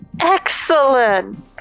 Excellent